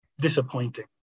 disappointing